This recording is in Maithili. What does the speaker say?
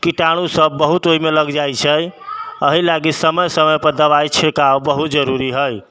कीटाणु सब बहुत ओहिमे लगि जाइ छै एहि लागी समय समयपर दबाइ छिड़काव बहुत जरूरी हइ